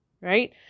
right